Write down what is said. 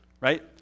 right